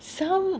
some